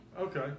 Okay